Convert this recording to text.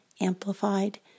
amplified